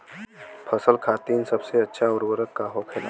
फसल खातीन सबसे अच्छा उर्वरक का होखेला?